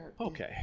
Okay